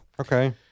Okay